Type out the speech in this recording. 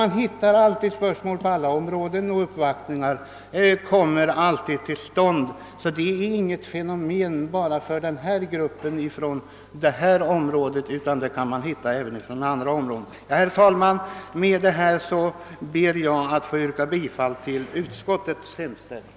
Man hittar alltid problem på alla områden, och uppvaktningar kommer därför alltid till stånd. Därför är det inget märkligt att gruppen från detta område uppvaktade. Herr talman! Med det sagda ber jag att få yrka bifall till utskottets hemställan.